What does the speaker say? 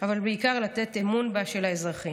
אבל בעיקר, לחזק את אמון האזרחים.